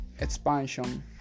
expansion